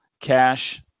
cash